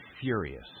furious